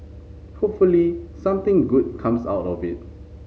hopefully something good comes out of it